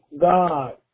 God